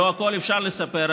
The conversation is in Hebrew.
לא הכול אפשר לספר,